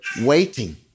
waiting